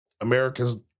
America's